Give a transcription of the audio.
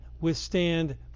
withstand